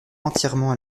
entièrement